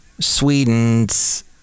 Sweden's